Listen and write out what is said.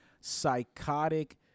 psychotic